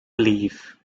leave